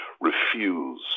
refuse